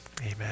amen